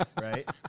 right